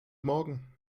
morgen